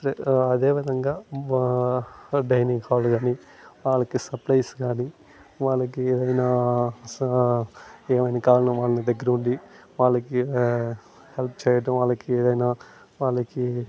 స అదే విధంగా వా డైనింగ్ హాల్ కానీ వాళ్ళకి సప్లైస్ కానీ వాళ్ళకి ఏదైనా అస్సల ఏమైనా కావాలంటే వాళ్ళకి దగ్గరుండి వాళ్ళకి హెల్ప్ చేయటం వాళ్ళకి ఏదైనా వాళ్ళకి